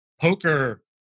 poker